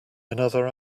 another